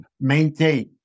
maintain